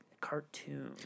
cartoon